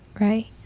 Right